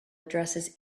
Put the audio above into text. addresses